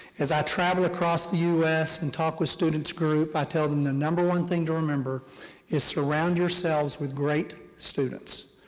as i travel across the us and talk with students groups, i tell them, the number one thing to remember is surround yourselves with great students.